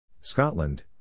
Scotland